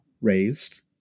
raised